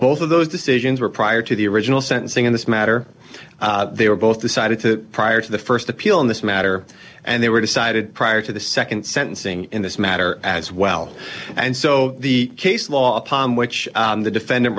both of those decisions were prior to the original sentencing in this matter they were both decided to prior to the st appeal in this matter and they were decided prior to the nd sentencing in this matter as well and so the case law upon which the defendant